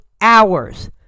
hours